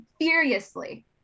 furiously